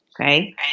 Okay